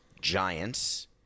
giants